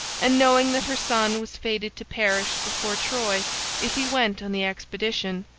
and knowing that her son was fated to perish before troy if he went on the expedition,